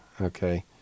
okay